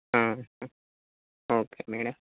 okay madam